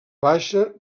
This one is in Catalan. baixa